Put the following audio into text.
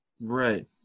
Right